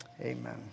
Amen